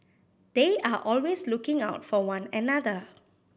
they are always looking out for one another